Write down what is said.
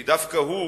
כי דווקא הוא,